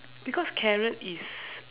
because carrot is